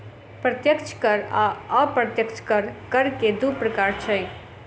प्रत्यक्ष कर आ अप्रत्यक्ष कर, कर के दू प्रकार छै